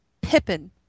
Pippin